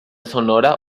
sonora